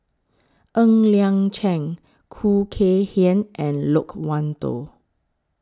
Ng Liang Chiang Khoo Kay Hian and Loke Wan Tho